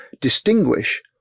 distinguish